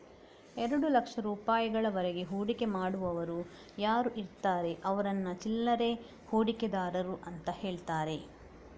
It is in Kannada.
ಎರಡು ಲಕ್ಷ ರೂಪಾಯಿಗಳವರೆಗೆ ಹೂಡಿಕೆ ಮಾಡುವವರು ಯಾರು ಇರ್ತಾರೆ ಅವ್ರನ್ನ ಚಿಲ್ಲರೆ ಹೂಡಿಕೆದಾರರು ಅಂತ ಹೇಳ್ತಾರೆ